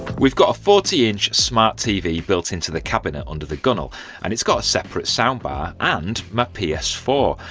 we've got a forty inch smart tv built into the cabinet under the gunwale and it's got a separate sound bar and my p s four.